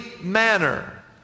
manner